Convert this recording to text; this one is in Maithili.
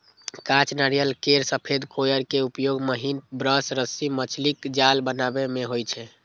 कांच नारियल केर सफेद कॉयर के उपयोग महीन ब्रश, रस्सी, मछलीक जाल बनाबै मे होइ छै